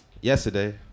Yesterday